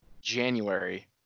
January